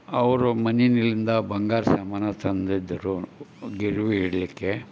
ಅವರು ಮನಿಯಲ್ಲಿಂದ ಬಂಗಾರ ಸಾಮಾನು ತಂದಿದ್ದರು ಗಿರವಿ ಇಡಲಿಕ್ಕೆ